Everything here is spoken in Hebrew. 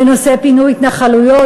בנושא פינוי התנחלויות,